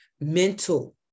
mental